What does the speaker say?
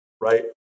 right